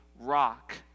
rock